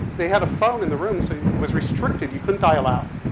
they had a phone in the room, so it was restricted, you couldn't dial out.